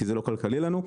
כי זה לא כלכלי לנו.